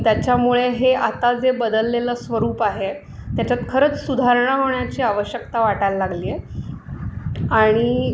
त्याच्यामुळे हे आता जे बदललेलं स्वरूप आहे त्याच्यात खरंच सुधारणा होण्याची आवश्यकता वाटायला लागली आहे आणि